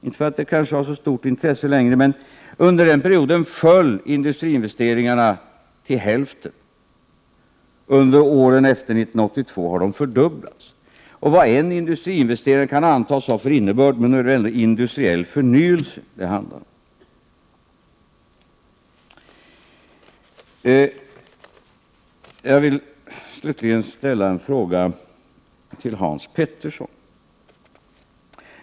Det har kanske inte så stort intresse längre, men under den perioden föll industriinvesteringarna till hälften. Under åren efter 1982 har de fördubblats. Och vad industriinvesteringarna än kan antas ha för innebörd, så är det i alla fall förnyelse det handlar om. Slutligen vill jag ställa en fråga till Hans Petersson.